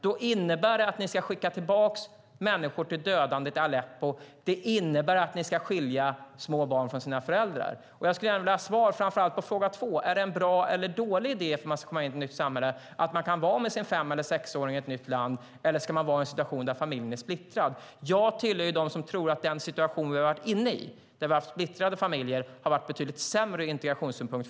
Det innebär att ni ska skicka tillbaka människor till dödandet i Aleppo, och det innebär att ni ska skilja små barn från deras föräldrar. Jag skulle gärna vilja ha svar framför allt på fråga två. Är det en bra eller dålig idé när människor ska komma in i ett nytt samhälle att de kan vara med sin fem eller sexåring i ett nytt land, eller ska de vara i en situation där familjen är splittrad? Jag hör till dem som tror att den situation som vi har varit inne i där vi har haft splittrade familjer har varit betydligt sämre ur integrationssynpunkt.